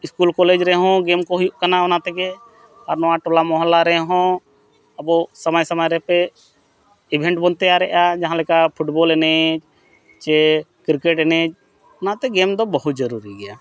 ᱨᱮᱦᱚᱸ ᱠᱚ ᱦᱩᱭᱩᱜ ᱠᱟᱱᱟ ᱚᱱᱟ ᱛᱮᱜᱮ ᱟᱨ ᱱᱚᱣᱟ ᱴᱚᱞᱟᱼᱢᱚᱦᱞᱟ ᱨᱮᱦᱚᱸ ᱟᱵᱚ ᱥᱚᱢᱚᱭᱼᱥᱚᱢᱚᱭ ᱨᱮᱯᱮ ᱵᱚᱱ ᱛᱮᱭᱟᱨᱮᱫᱼᱟ ᱡᱟᱦᱟᱸ ᱞᱮᱠᱟ ᱮᱱᱮᱡ ᱪᱮ ᱮᱱᱮᱡ ᱚᱱᱟᱛᱮ ᱫᱚ ᱵᱚᱦᱩᱛ ᱡᱟᱹᱨᱩᱨᱤ ᱜᱮᱭᱟ